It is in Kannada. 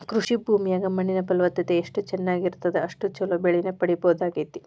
ಕೃಷಿ ಭೂಮಿಯಾಗ ಮಣ್ಣಿನ ಫಲವತ್ತತೆ ಎಷ್ಟ ಹೆಚ್ಚಗಿ ಇರುತ್ತದ ಅಷ್ಟು ಚೊಲೋ ಬೆಳಿನ ಪಡೇಬಹುದಾಗೇತಿ